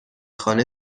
خانه